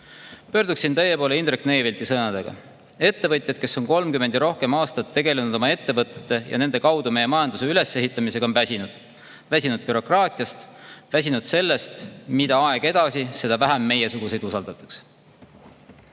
Pöörduksin teie poole Indrek Neivelti sõnadega: "Ettevõtjad, kes on kolmkümmend ja rohkem aastat tegelenud oma ettevõtete ja nende kaudu meie majanduse ülesehitamisega, on väsinud. Väsinud bürokraatiast. Väsinud sellest, et mida aeg edasi, seda vähem meiesuguseid usaldatakse."